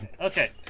Okay